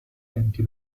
enti